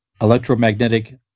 electromagnetic